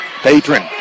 Patron